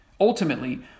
Ultimately